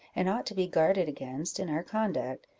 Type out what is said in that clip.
and ought to be guarded against in our conduct,